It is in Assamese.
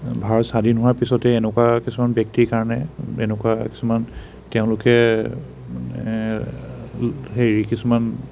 ভাৰত স্বাধীন হোৱাৰ পিছতেই এনেকুৱা কিছুমান ব্য়ক্তিৰ কাৰণে এনেকুৱা কিছুমান তেওঁলোকে মানে হেৰি কিছুমান